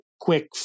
quick